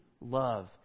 love